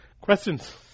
Questions